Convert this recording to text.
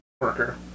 worker